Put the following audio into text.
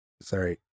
sorry